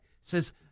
says